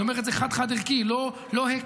אני אומר את זה חד-חד-ערכי: לא הקלנו,